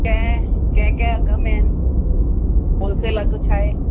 कंहिं कंहिं कंहिं अघु में आहिनि होलसेल अघु छा आहे